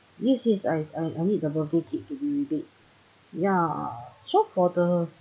yes yes I I I need the birthday cake to be ready ya so for the